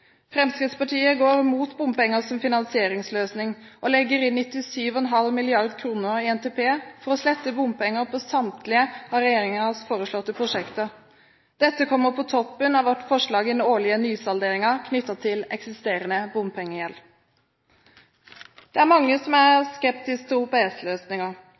Fremskrittspartiet går mot bompenger som finansieringsløsning og legger inn 97,5 mrd. kr i NTP for å slette bompenger på samtlige av regjeringens foreslåtte prosjekter. Dette kommer på toppen av vårt forslag i den årlige nysalderingen, knyttet til eksisterende bompengegjeld. Det er mange som er skeptiske til